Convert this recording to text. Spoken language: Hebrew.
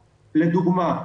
לדוגמה: